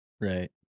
right